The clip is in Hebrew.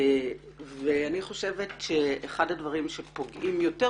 אני חושבת שאחד הדברים שפוגעים אף יותר